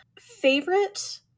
favorite